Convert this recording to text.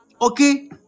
okay